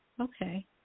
Okay